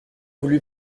voulu